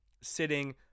sitting